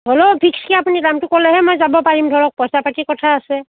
হ'লেও ফিক্সকৈ আপুনি দামটো ক'লেহে মই যাব পাৰিম ধৰক পইচা পাতিৰ কথা আছে